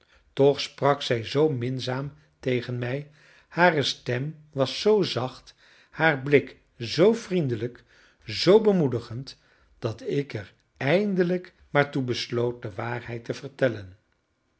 toch sprak zij zoo minzaam tegen mij hare stem was zoo zacht haar blik zoo vriendelijk zoo bemoedigend dat ik er eindelijk maar toe besloot de waarheid te vertellen